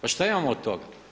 Pa šta imamo od toga?